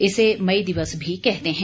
इसे मई दिवस भी कहते हैं